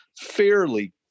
fairly